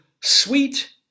sweet